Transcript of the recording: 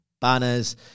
banners